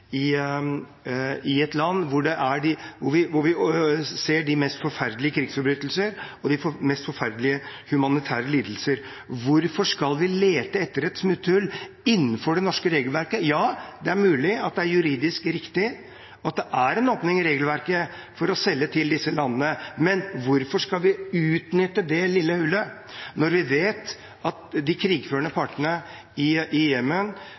lete etter et slags smutthull i det regelverket for å utnytte den lille muligheten som er for å selge våpen til land som driver krigføring, til land hvor vi ser de mest forferdelige krigsforbrytelser og de mest forferdelige humanitære lidelser? Hvorfor skal vi lete etter et smutthull innenfor det norske regelverket? Ja, det er mulig at det er juridisk riktig, at det er en åpning i regelverket for å selge til disse landene, men hvorfor skal vi utnytte det lille hullet, når vi vet at de krigførende